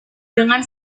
dengan